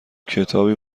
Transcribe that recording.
کتابی